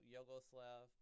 Yugoslav